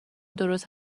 درست